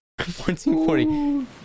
1440